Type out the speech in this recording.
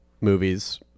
movies